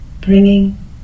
Bringing